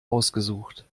ausgesucht